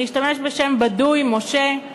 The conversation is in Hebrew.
אני אשתמש בשם בדוי, משה.